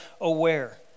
aware